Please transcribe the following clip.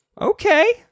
okay